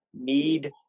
need